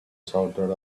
shouted